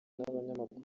n’abanyamakuru